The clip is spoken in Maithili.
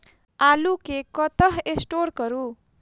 आलु केँ कतह स्टोर करू?